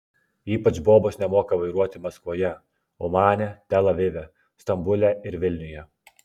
ypač bobos nemoka vairuoti maskvoje omane tel avive stambule ir vilniuje